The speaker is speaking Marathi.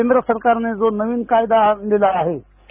केंद्र सरकारने जो नवीन कायदा आणलेला आहे ए